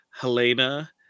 Helena